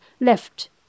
left